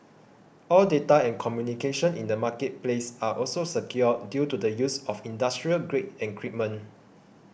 all data and communication in the marketplace are also secure due to the use of industrial grade